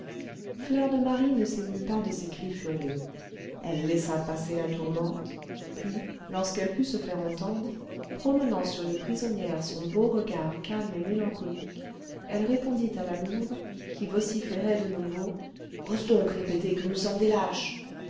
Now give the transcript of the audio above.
fleur de marie ne s'émut pas de ces cris furieux elle laissa passer la tourmente puis lorsqu'elle put se faire entendre promenant sur les prisonnières son beau regard calme et mélancolique elle répondit à la louve qui vociférait de nouveau ose donc répéter que nous sommes des lâches